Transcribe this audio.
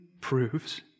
proves